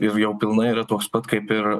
ir jau pilnai yra toks pat kaip ir